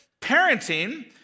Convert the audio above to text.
Parenting